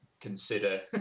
consider